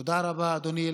תודה רבה, אדוני.